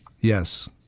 Yes